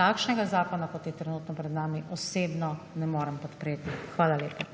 takšnega zakona, kot je trenutno pred nami, osebno ne morem podpreti. Hvala lepa.